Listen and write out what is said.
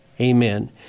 Amen